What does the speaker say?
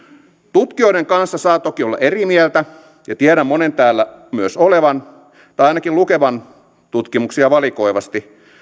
tutkijoiden kanssa saa toki olla eri mieltä ja tiedän monen täällä myös olevan tai ainakin lukevan tutkimuksia valikoivasti